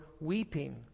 weeping